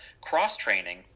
cross-training